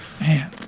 man